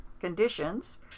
conditions